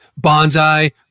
Bonsai